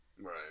Right